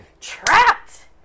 trapped